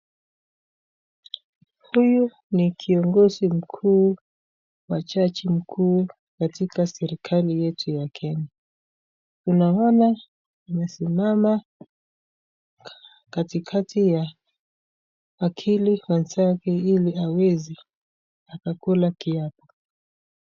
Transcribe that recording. Huyu ni kiongozi mkuu wa jaji mkuu katika serikali yetu ya (kenya) unaona amesimama katikati ya wakili wenzake ili aweze akakula kiapo